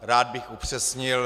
Rád bych upřesnil.